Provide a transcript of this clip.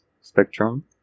spectrum